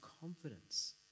confidence